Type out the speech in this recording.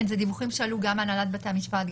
זה דיווחים שעלו גם מהנהלת בתי המשפט,